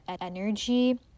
energy